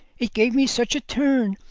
it gave me such a turn,